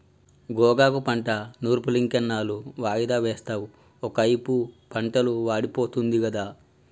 గోగాకు పంట నూర్పులింకెన్నాళ్ళు వాయిదా వేస్తావు ఒకైపు పంటలు వాడిపోతుంది గదా